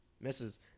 Misses